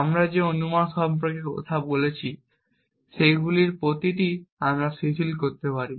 আমরা যে অনুমান সম্পর্কে কথা বলছি সেগুলির প্রতিটি আমরা শিথিল করতে পারি